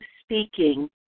speaking